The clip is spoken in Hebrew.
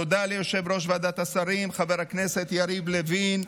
תודה ליושב-ראש ועדת השרים, חבר הכנסת יריב לוין,